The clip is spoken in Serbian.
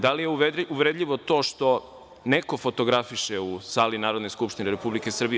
Da li je uvredljivo to što neko fotografiše u sali Narodne skupštine Republike Srbije?